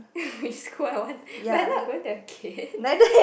it's quite one but I'm not going to have kid